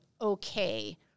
okay